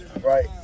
Right